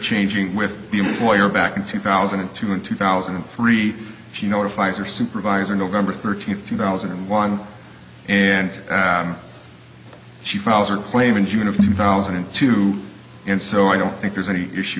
interchanging with the employer back in two thousand and two and two thousand and three she notifies or supervisor november thirteenth two thousand and one and she files or claim in june of two thousand and two and so i don't think there's any issue